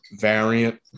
variant